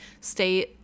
stay